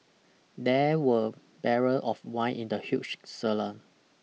There were barrel of wine in the huge cellar